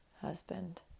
husband